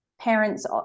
parents